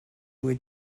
would